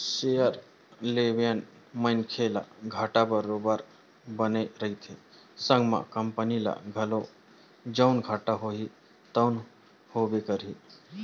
share लेवइया मनखे ल घाटा बरोबर बने रहिथे संग म कंपनी ल घलो जउन घाटा होही तउन होबे करही